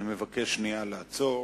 אני מבקש שנייה לעצור,